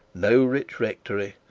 no rich rectory.